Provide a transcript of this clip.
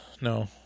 No